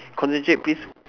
concentrate please